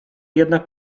jednak